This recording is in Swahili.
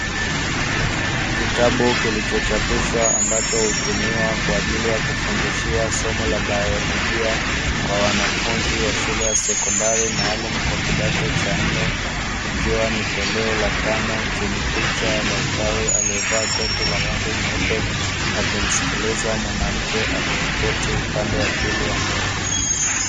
Kitabu kilichochapishwa ambacho hutumiwa kwa ajili ya kufundishia somo la biolojia kwa wanafunzi wa shule ya sekondari maalumu kwa kidato cha nne, ikiwa ni toleo la tano chenye picha ya daktari aliyevaa koti la rangi nyeupe akimsikiliza mwanamke aliyeketi upande wa pili wa meza.